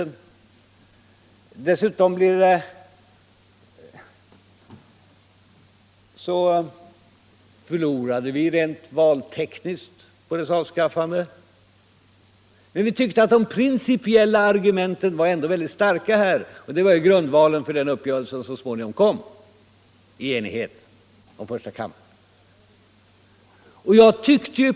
Och dessutom förlorade vi rent valtekniskt på ett avskaffande av första kammaren. Men vi tyckte att de principiella argumenten var mycket starka, och det var också de som var grundvalen för den uppgörelse om första kammaren som så småningom träffades i enighet.